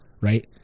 right